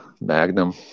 Magnum